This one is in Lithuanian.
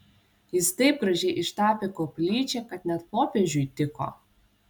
jis taip gražiai ištapė koplyčią kad net popiežiui tiko